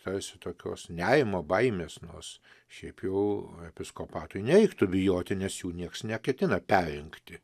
tarsi tokios nerimo baimės nors šiaip jau episkopatui nereiktų bijoti nes jų nieks neketina perrinkti